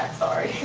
sorry.